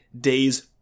days